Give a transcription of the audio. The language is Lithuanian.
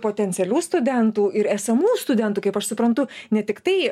potencialių studentų ir esamų studentų kaip aš suprantu ne tiktai